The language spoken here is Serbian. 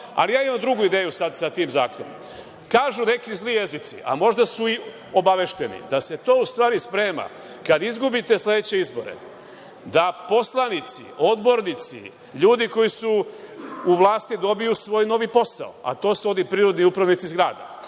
ali ja imam drugu ideju sad sa tim zakonom. Kažu neki zli jezici, a možda su i obavešteni, da se to u stvari sprema kada izgubite sledeće izbore, da poslanici, odbornici, ljudi koji su u vlasti dobiju svoj novi posao, a to su ovi prinudni upravnici zgrada,